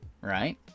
right